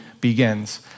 begins